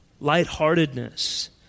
lightheartedness